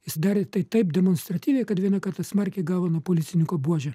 jis darė tai taip demonstratyviai kad vieną kartą smarkiai gavo nuo policininko buože